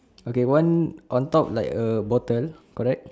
okay one on top like a bottle correct